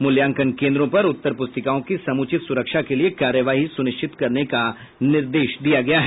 मूल्यांकन केन्द्रों पर उत्तर पुस्तिकाओं की समुचित सुरक्षा के लिये कार्यवाही सुनिश्चित करने का निर्देश दिया गया है